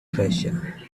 treasure